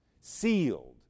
Sealed